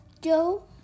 Joe